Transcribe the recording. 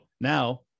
now